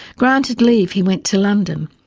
granted leave, he went to london.